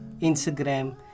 Instagram